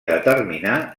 determinar